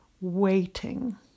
waiting